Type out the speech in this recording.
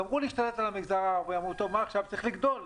גמרו להשתלט על המגזר הערבי ואמרו הרי צריך לגדול,